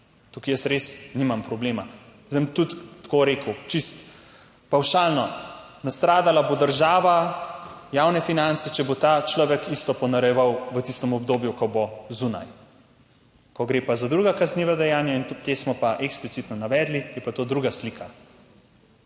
Tukaj jaz res nimam problema. Zdaj bom tudi tako rekel, čisto pavšalno, nastradala bo država, javne finance, če bo ta človek isto ponarejeval v tistem obdobju, ko bo zunaj. Ko gre pa za druga kazniva dejanja, ta smo pa eksplicitno navedli, je pa to druga slika.